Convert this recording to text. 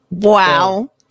Wow